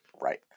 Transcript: Right